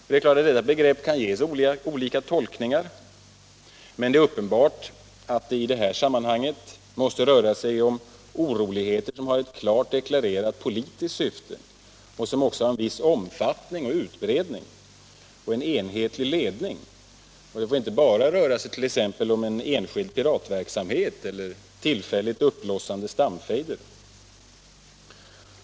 Det är klart att detta begrepp kan ges flera olika tolkningar, men det är också uppenbart att det i det här sammanhanget måste röra sig om oroligheter som har ett klart deklarerat politiskt syfte och som också har en viss omfattning och utbredning samt en enhetlig ledning. Det får således inte bara röra sig om t.ex. enskild piratverksamhet eller tillfälligt uppblossande stamfejder.